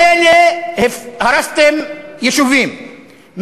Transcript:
מילא הרסתם יישובים,